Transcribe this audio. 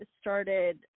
started